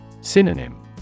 Synonym